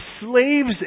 slaves